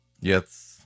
Yes